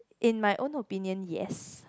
in my own opinion yes